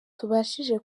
tubashije